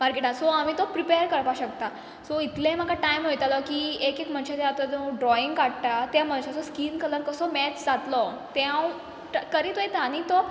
मार्केटा सो आमी तो प्रिपॅर करपा शकता सो इतले म्हाका टायम वयतालो की एक एक मनशाचें आतां तूं ड्रॉईंग काडटा ते मनशाचो स्कीन कलर कसो मॅच जातलो तें हांव ट् करीत वयता आनी तो